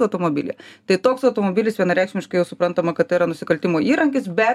automobilyje tai toks automobilis vienareikšmiškai jau suprantama kad tai yra nusikaltimo įrankis bet